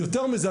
יותר מזה,